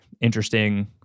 interesting